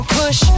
push